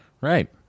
right